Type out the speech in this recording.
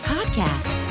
Podcast